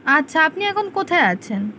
আচ্ছা আপনি এখন কোথায় আছেন